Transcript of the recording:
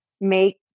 make